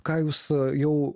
ką jūs jau